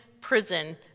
prison